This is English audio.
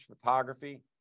photography